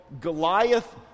Goliath